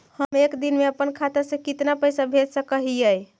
हम एक दिन में अपन खाता से कितना पैसा भेज सक हिय?